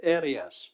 areas